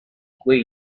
quei